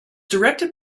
directed